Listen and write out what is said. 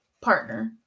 partner